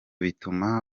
bituma